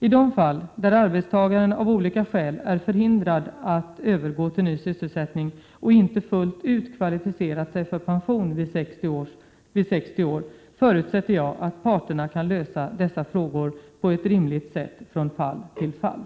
I de rall där arbetstagaren av olika skäl är förhindrad att övergå till ny sysselsättning och inte fullt ut kvalificerat sig för pension vid 60 år förutsätter jag att parterna kan lösa dessa frågor på ett rimligt sätt från fall till fall.